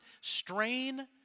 strain